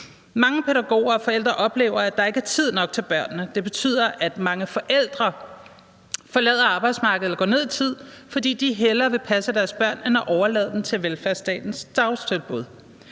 Mange pædagoger og forældre oplever, at der ikke er tid nok til børnene. Det betyder, at mange forældre forlader arbejdsmarkedet eller går ned i tid, fordi de hellere vil passe deres børn end at overlade dem til velfærdsstatens dagtilbud.